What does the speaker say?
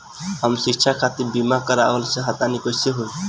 हम शिक्षा खातिर बीमा करावल चाहऽ तनि कइसे होई?